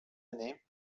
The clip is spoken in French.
année